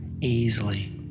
easily